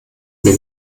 mir